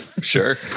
Sure